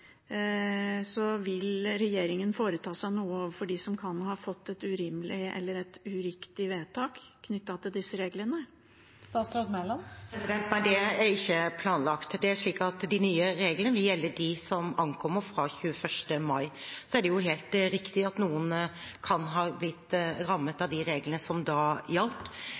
Vil regjeringen foreta seg noe overfor dem som kan ha fått et urimelig eller uriktig vedtak knyttet til disse reglene? Nei, det er ikke planlagt. De nye reglene vil gjelde dem som ankommer fra 21. mai. Det er helt riktig at noen kan ha blitt rammet av de reglene som da gjaldt.